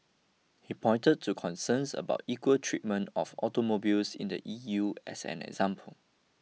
he pointed to concerns about equal treatment of automobiles in the E U as an example